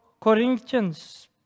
Corinthians